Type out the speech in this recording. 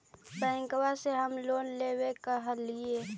बैंकवा से हम लोन लेवेल कहलिऐ?